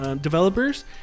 Developers